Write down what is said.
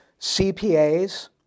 CPAs